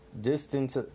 distance